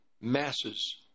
masses